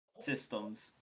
systems